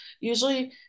Usually